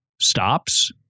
stops